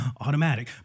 automatic